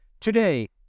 Today